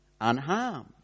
unharmed